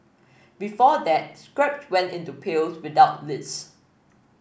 before that scrap went into pails without lids